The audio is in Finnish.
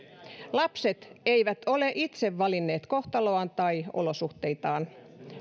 lapset eivät ole itse valinneet kohtaloaan tai olosuhteitaan